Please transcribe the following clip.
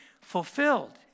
fulfilled